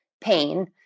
pain